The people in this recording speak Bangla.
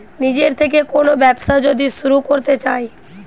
নিজের থেকে কোন ব্যবসা যদি শুরু করতে চাই